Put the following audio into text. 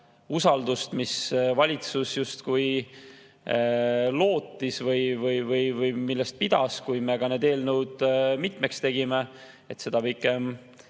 usaldust, mida valitsus justkui lootis või millest pidas, kui me need eelnõud mitmeks tegime, suur osa